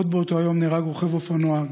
עוד באותו יום נהרג רוכב אופנוע,